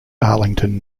arlington